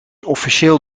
officieel